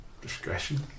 Discretion